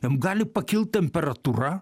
jam gali pakilt temperatūra